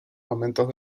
momentos